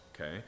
okay